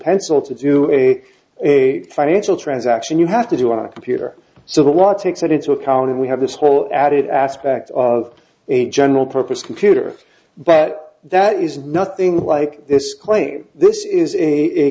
pencil to do it a financial transaction you have to do on a computer so what takes it into account and we have this whole added aspect of a general purpose computer but that is nothing like this claim this is a